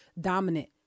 dominant